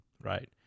right